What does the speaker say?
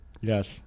Yes